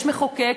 יש מחוקק,